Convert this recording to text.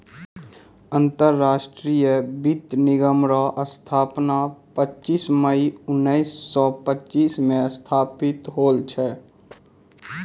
अंतरराष्ट्रीय वित्त निगम रो स्थापना पच्चीस मई उनैस सो पच्चीस मे स्थापित होल छै